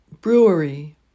brewery